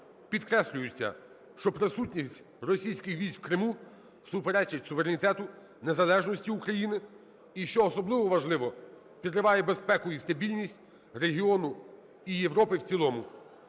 Підкреслюється, що присутність російських військ у Криму суперечить суверенітету, незалежності України і що особливо важливо – підриває безпеку і стабільність регіону і Європи в цілому.